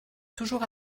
toujours